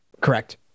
Correct